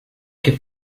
què